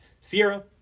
Sierra